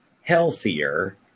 healthier